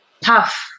tough